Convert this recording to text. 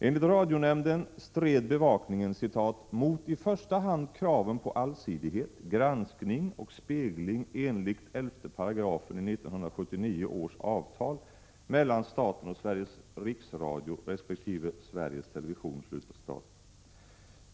Enligt radionämnden stred bevakningen ”mot i första hand kraven på allsidighet, granskning och spegling enligt 11 §i 1979 års avtal mellan staten och Sveriges Riksradio resp. Sveriges Television”.